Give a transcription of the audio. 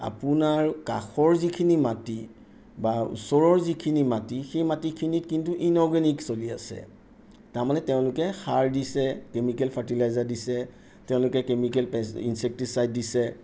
আপোনাৰ কাষৰ যিখিনি মাটি বা ওচৰৰ যিখিনি মাটি সেই মাটিখিনিত কিন্তু ইনঅৰ্গেনিক চলি আছে তাৰমানে তেওঁলোকে সাৰ দিছে কেমিকেল ফাৰ্টিলাইজাৰ দিছে তেওঁলোকে কেমিকেল পে ইনচেকটিচাইট দিছে